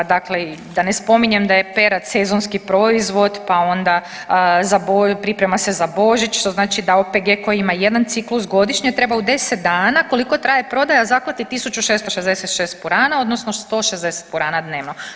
A da ne spominjem da je perad sezonski proizvod pa onda priprema se za Božić što znači da OPG koji ima jedan ciklus godišnje treba u deset dana koliko traje prodaja zaklati 1.666 purana odnosno 160 purana dnevno.